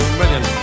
million